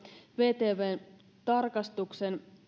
vtvn tarkastuksen